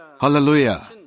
Hallelujah